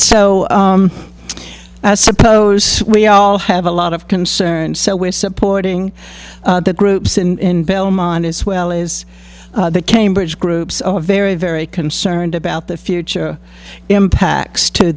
so i suppose we all have a lot of concern so we're supporting the groups in belmont as well as the cambridge groups are very very concerned about the future impacts to